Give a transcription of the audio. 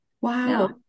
wow